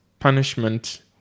punishment